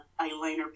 eyeliner